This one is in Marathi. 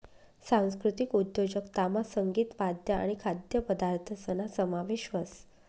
सांस्कृतिक उद्योजकतामा संगीत, वाद्य आणि खाद्यपदार्थसना समावेश व्हस